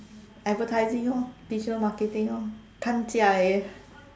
advertising lor digital marketing lor